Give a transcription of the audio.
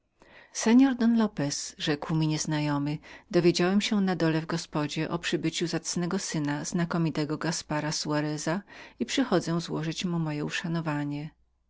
seor don lopez rzekł mi nieznajomy dowiedziałem się na dole w gospodzie o przybyciu zacnego syna znakomitego gaspara soareza i przychodzę złożyć mu moje uszanowanie